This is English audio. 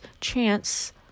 chance